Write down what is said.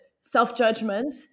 self-judgment